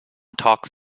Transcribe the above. talks